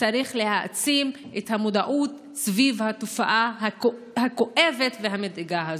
וצריך להעצים את המודעות סביב התופעה הכואבת והמדאיגה הזו.